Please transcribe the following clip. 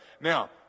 Now